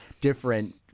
different